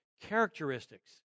characteristics